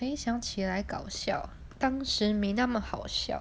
回想起来搞笑当时没那么好笑